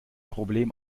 problem